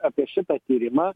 apie šitą tyrimą